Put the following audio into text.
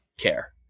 care